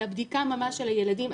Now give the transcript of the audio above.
אלא בדיקה ממש על הילדים.